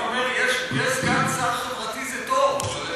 אני אומר, יש סגן שר חברתי, זה טוב.